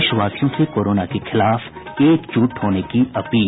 देशवासियों र्से कोरोना के खिलाफ एकजुट होने की अपील